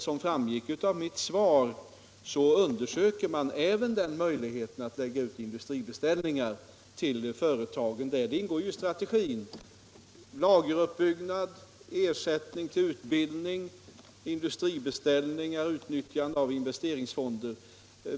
Som framgick av mitt svar undersöker man även möjligheten att lägga ut industribeställningar till företagen här. Det ingår i strategin: lageruppbyggnad, ersättning till utbildning, industribeställningar, utnyttjande av investeringsfonder.